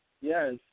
Yes